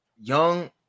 young